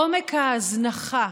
עומק ההזנחה,